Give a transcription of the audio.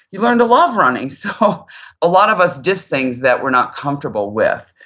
you learn to love running. so a lot of us diss things that we're not comfortable with,